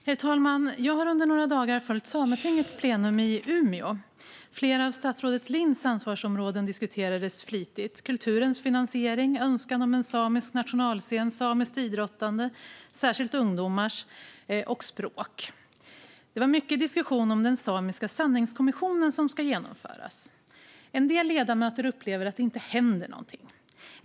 Herr talman! Jag har under några dagar följt Sametingets plenum i Umeå. Flera av statsrådet Linds ansvarsområden diskuterades flitigt. Det gäller kulturens finansiering, önskan om en samisk nationalscen, samiskt idrottande, särskilt ungdomars, och språk. Det var mycket diskussion om den samiska sanningskommission som ska genomföras. En del ledamöter upplever att det inte händer någonting.